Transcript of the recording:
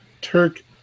Turk